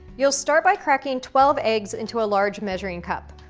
you'll start by cracking twelve eggs into a large measuring cup.